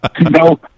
no